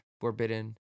forbidden